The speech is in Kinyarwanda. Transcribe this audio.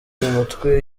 mutwe